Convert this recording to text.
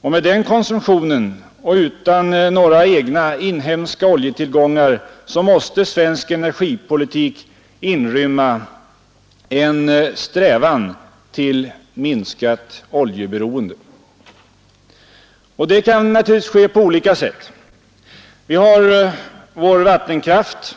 När vi har den konsumtionen och saknar egna, inhemska oljetillgångar måste svensk energipolitik inrymma en strävan efter minskat oljeberoende. Detta kan naturligtvis ske på olika sätt. Vi har vår vattenkraft,